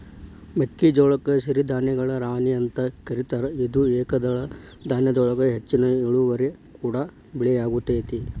ಮೆಕ್ಕಿಜೋಳಕ್ಕ ಸಿರಿಧಾನ್ಯಗಳ ರಾಣಿ ಅಂತ ಕರೇತಾರ, ಇದು ಏಕದಳ ಧಾನ್ಯದೊಳಗ ಹೆಚ್ಚಿನ ಇಳುವರಿ ಕೊಡೋ ಬೆಳಿಯಾಗೇತಿ